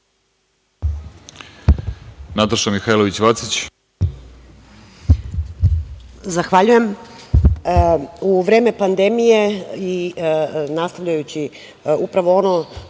Zahvaljujem.U vreme pandemije nastavljajući upravo ono